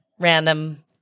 random